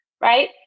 right